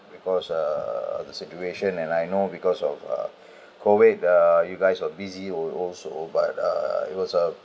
because uh the situation and I know because of uh COVID uh you guys were busy al~ also but uh he was uh